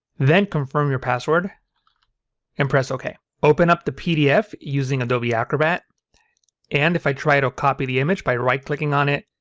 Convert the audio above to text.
then confirm your password and press ok. open up the pdf using adobe acrobat and if i try to copy the image by right clicking on it,